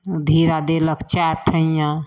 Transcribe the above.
ओ धीरा देलक चारि ठैयाँ